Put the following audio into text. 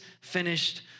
finished